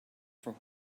for